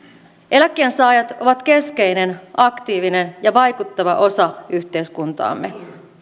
eläkkeensaajat ovat keskeinen aktiivinen ja vaikuttava osa yhteiskuntaamme